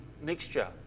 mixture